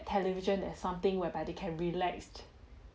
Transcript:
television as something whereby they can relaxed